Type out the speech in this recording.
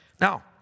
Now